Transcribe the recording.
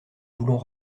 voulons